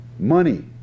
Money